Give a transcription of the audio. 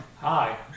Hi